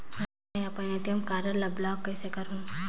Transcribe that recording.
मै अपन ATM card ल ब्लाक कइसे करहूं?